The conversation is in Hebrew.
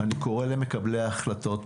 אני קורא למקבלי ההחלטות פה,